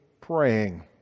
praying